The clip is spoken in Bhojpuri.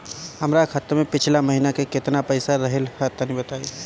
हमार खाता मे पिछला महीना केतना पईसा रहल ह तनि बताईं?